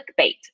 clickbait